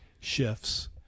shifts